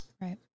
right